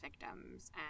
victims